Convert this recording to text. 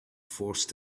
forced